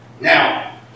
Now